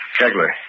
Kegler